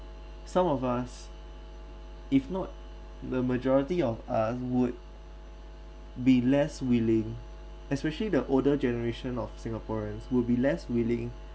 some of us if not the majority of us would be less willing especially the older generation of singaporeans will be less willing